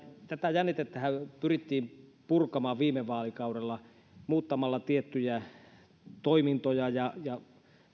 tätä jännitettähän pyrittiin purkamaan viime vaalikaudella muuttamalla tiettyjä toimintoja ja